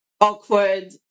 awkward